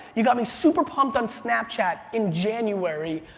you got me super pumped on snapchat in january.